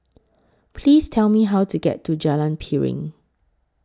Please Tell Me How to get to Jalan Piring